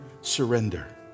surrender